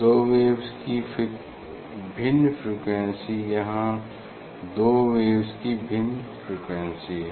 दो वेव्स की भिन्न फ्रीक्वेंसी यहाँ दो वेव्स की भिन्न फ्रीक्वेंसी हैं